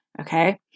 Okay